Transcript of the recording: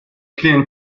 clune